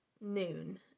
noon